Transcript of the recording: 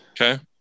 okay